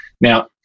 Now